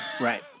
Right